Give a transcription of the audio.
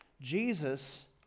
Jesus